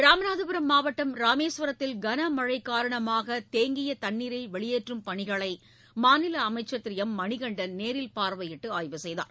ராமநாதபுரம் மாவட்டம் ராமேஸ்வரத்தில் கனமழை காரணமாக தேங்கிய தண்ணீரை வெளியேற்றும் பணிகளை மாநில அமைச்சர் திரு எம் மணிகண்டன் நேரில் பார்வையிட்டு ஆய்வு செய்தார்